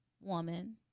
woman